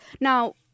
Now